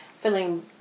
feeling